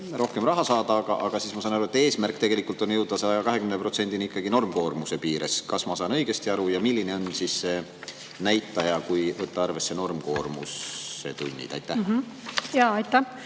rohkem raha saada. Ja ma sain aru, et eesmärk on tegelikult jõuda 120%-ni normkoormuse korral. Kas ma saan õigesti aru ja milline on siis see näitaja, kui võtta arvesse normkoormuse tunnid? Aitäh! Ma siiski